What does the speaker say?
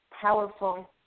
powerful